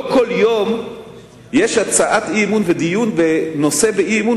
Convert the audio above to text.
לא כל יום יש הצעת אי-אמון ודיון בנושא באי-אמון